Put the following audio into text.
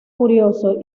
furioso